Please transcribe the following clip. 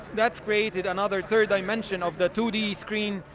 that's created another third dimension of the two d screen,